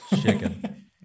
chicken